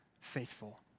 faithful